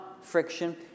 friction